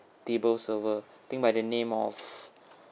table server I think by the name of